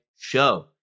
show